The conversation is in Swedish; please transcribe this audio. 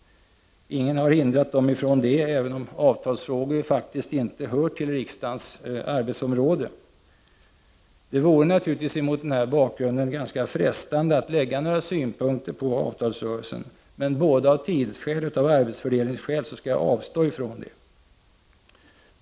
Ingen har hindrat dem från det, även om avtalsfrågor inte hör till riksdagens arbetsområde. Det vore mot den bakgrunden ganska frestande att anlägga några synpunkter på avtalsrörelsen. Men både av tidsskäl och av arbetsfördelningsskäl skall jag avstå från det.